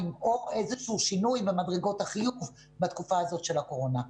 או איזשהו שינוי במדרגות החיוב בתקופה הזאת של הקורונה.